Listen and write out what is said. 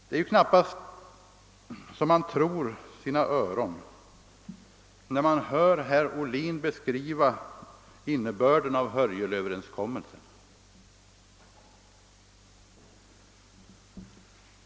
Det är ju knappast så att man tror sina öron är man hör herr Ohlin beskriva innebörden av Hörjelöverenskommelsen.